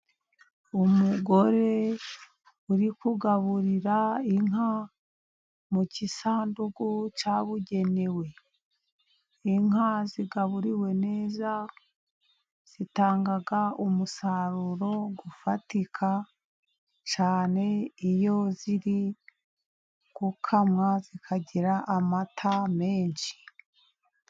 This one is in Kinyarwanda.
Umugore uri kugaburira inka mu gisanduku cyabugenewe. Inka zigaburiwe neza zitanga umusaruro ufatika cyane iyo ziri gukamwa, zikagira amata menshi.